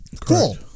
cool